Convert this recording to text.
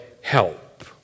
help